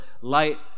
light